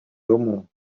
domů